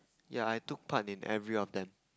ya I took part in every of them